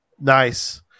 Nice